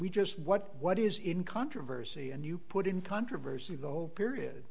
we just what what is in controversy and you put in controversy the whole period